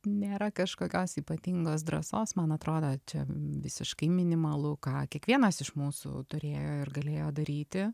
nėra kažkokios ypatingos drąsos man atrodo čia visiškai minimalu ką kiekvienas iš mūsų turėjo ir galėjo daryti